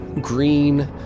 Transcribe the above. green